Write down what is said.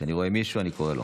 כשאני רואה מישהו אני קורא לו.